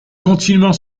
continuant